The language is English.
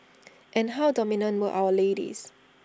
and how dominant were our ladies